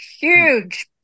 huge